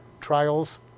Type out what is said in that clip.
trials